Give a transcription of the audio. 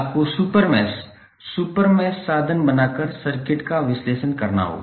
आपको super mesh super mesh साधन बनाकर सर्किट का विश्लेषण करना होगा